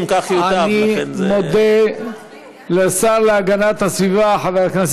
בדרכים, בהסכמת שר האוצר ובאישור ועדת